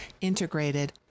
integrated